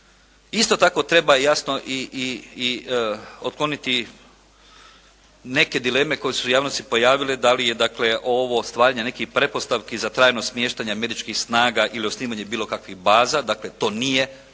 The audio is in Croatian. Isto tako treba jasno i otkloniti neke dileme koje su se u javnosti pojavile, da li je dakle ovo stvaranje nekih pretpostavki za trajno smještanje američkih snaga ili osnivanje bilo kakvih baza, dakle to nije točno